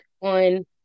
on